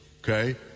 Okay